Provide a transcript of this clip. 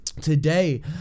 Today